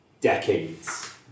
decades